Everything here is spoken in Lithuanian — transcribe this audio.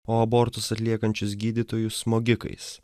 o abortus atliekančius gydytojus smogikais